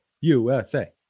USA